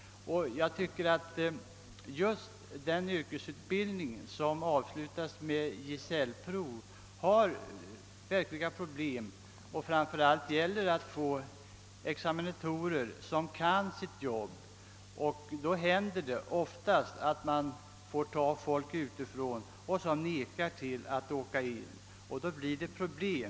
Beträffande den utbildning som avslutas med gesällprov föreligger det emellertid verkliga problem. Det gäller framför allt att få examinatorer som kan sitt arbete. Man får därför oftast kalla folk från annan ort, som vägrar att komma, och detta förosrakar problem.